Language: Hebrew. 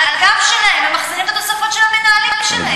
על הגב שלהם מחזירים את התוספות של המנהלים שלהם.